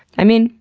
i mean,